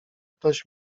ktoś